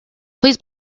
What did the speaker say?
please